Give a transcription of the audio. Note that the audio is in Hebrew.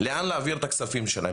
לאן להעביר את הכספים שלהם.